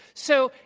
so,